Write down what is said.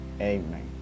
Amen